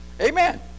Amen